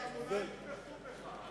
מה אתה מרגיז אותם, אולי הם יתמכו בך?